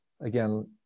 again